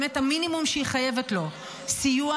באמת המינימום שהיא חייבת לו: סיוע